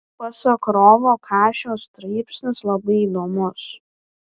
pasak rovo kašio straipsnis labai įdomus